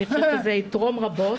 אני חושבת שזה יתרום רבות.